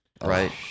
Right